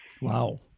Wow